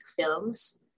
films